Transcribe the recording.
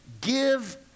give